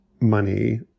money